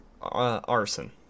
arson